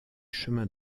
chemin